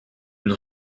une